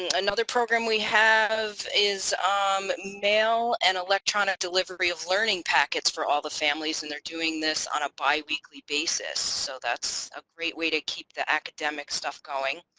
and another program we have is um mail and electronic delivery of learning packets for all the families and they're doing this on a bi-weekly basis. so that's a great way to keep the academic stuff going.